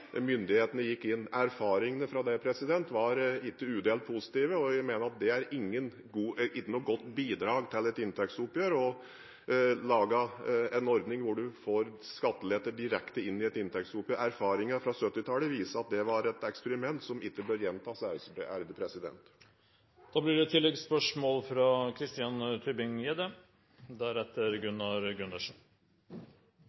myndighetene gikk inn. Erfaringene fra det var ikke udelt positive. Jeg mener at det ikke er noe godt bidrag til et inntektsoppgjør å lage en ordning der man får skattelette direkte inn i et inntektsoppgjør. Erfaringen fra 1970-tallet viser at det var et eksperiment som ikke bør gjentas. Det blir gitt anledning til to oppfølgingsspørsmål – først representanten Christian Tybring-Gjedde. Finansministeren startet med å si det